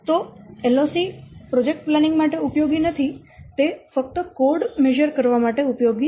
તો LOC project planning માટે ઉપયોગી નથી તે ફક્ત કોડ મેઝર કરવા માટે ઉપયોગી છે